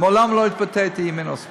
מעולם לא התבטאתי: ימין או שמאל.